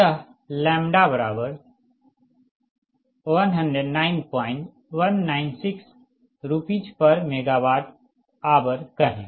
यह λ109196 RsMWhr कहें